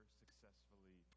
successfully